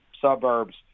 suburbs